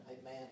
Amen